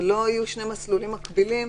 ולא יהיו שני מסלולים מקבילים,